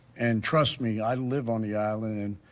and trust me, i live on the island,